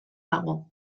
dago